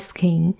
Skin